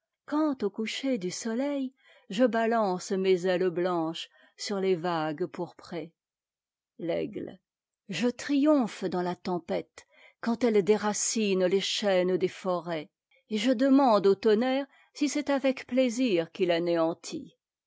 quand au coucher du'soleil je balance mes ailes blanches sur es vagues pourprées l'aigle je triomphe dans la tempête quand elle déracine les chênes des forêts et je demande au tonnerre si c'est avec plaisir